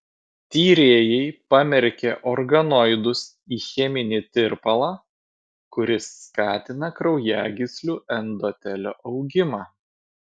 tyrėjai pamerkė organoidus į cheminį tirpalą kuris skatina kraujagyslių endotelio augimą